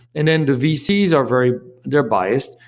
and then the vcs are very they're biased.